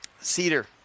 Cedar